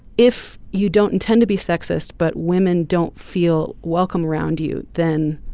if you don't intend to be sexist but women don't feel welcome around you then